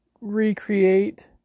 recreate